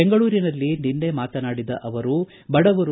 ಬೆಂಗಳೂರಿನಲ್ಲಿ ನಿನ್ನೆ ಮಾತನಾಡಿದ ಅವರು ಬಡವರು